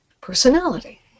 personality